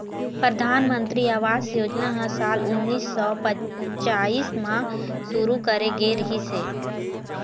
परधानमंतरी आवास योजना ह साल उन्नीस सौ पच्चाइस म शुरू करे गे रिहिस हे